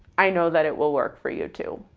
i know that it will work for you too.